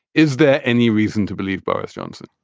is there any reason to believe boris johnson?